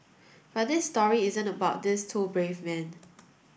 but this story isn't about these two brave men